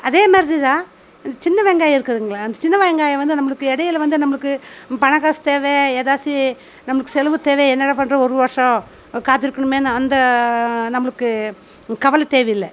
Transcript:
அதே மாதிரி தான் இந்த சின்ன வெங்காயம் இருக்குதுங்கல அந்த சின்ன வெங்காயம் வந்து நம்மளுக்கு இடையில வந்து நம்மளுக்கு பணம் காசு தேவை ஏதாச்சும் நமக்கு செலவுக்கு தேவை என்னடா பண்ணுறது ஒரு வருஷம் காத்திருக்கணுமேன்னு அந்த நம்மளுக்கு கவலை தேவையில்லை